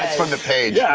from the page. yeah